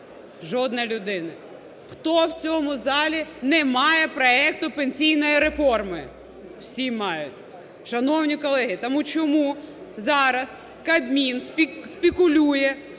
Жодної людини. Хто в цьому залі не має проекту пенсійної реформи? Всі мають. Шановні колеги, тому чому зараз Кабмін спекулює